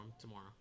tomorrow